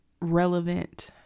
relevant